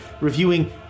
reviewing